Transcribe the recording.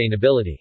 sustainability